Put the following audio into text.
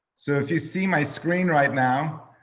so if you see my screen right now,